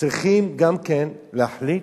צריכים גם כן להחליט,